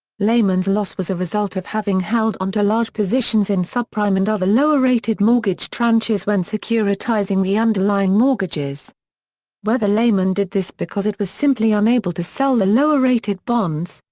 lehman's loss was a result of having held on to large positions in subprime and other lower-rated mortgage tranches when securitizing the underlying mortgages whether lehman did this because it was simply unable to sell the lower-rated bonds,